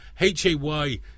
H-A-Y